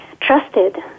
trusted